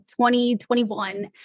2021